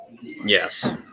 yes